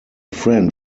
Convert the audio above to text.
friend